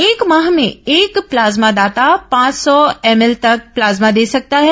एक माह में एक प्लाज्मादाता पांच सौ एमएल तक प्लाज्मा दे सकता है